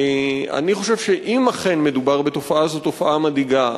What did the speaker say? אני חושב שאם אכן מדובר בתופעה, זאת תופעה מדאיגה.